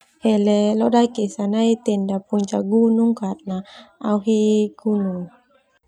Hele lodaek esa nai tenda puncak gunung karena au hi gunung.